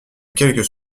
quelques